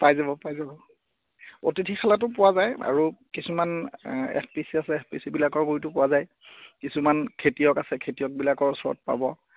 পাই যাব পাই যাব অতিথিশালাটো পোৱা যায় আৰু কিছুমান গুৰিটো পোৱা যায় কিছুমান খেতিয়ক আছে খেতিয়কবিলাকৰ ওচৰতো পাব